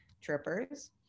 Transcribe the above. trippers